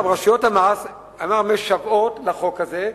רשויות המס משוועות לחוק הזה,